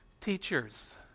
Teachers